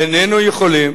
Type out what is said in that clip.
איננו יכולים,